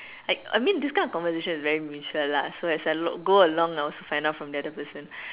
like I mean this kind of conversation is very mutual lah so as I go along I'll also find out from the other person